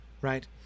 right